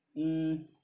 mm